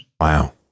Wow